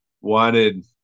wanted